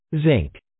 Zinc